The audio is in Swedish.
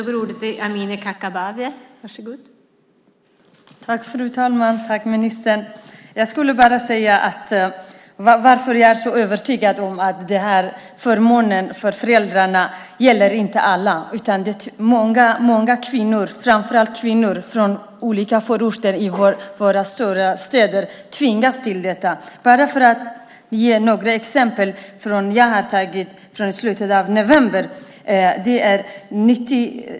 Fru talman! Först vill jag tacka ministern för svaret. Jag vill bara tala om varför jag är så övertygad om att den här förmånen för föräldrarna inte gäller alla föräldrar. Många kvinnor, framför allt kvinnor från olika förorter till våra större städer, tvingas till detta. Jag kan ge några exempel utifrån uppgifter från slutet av november.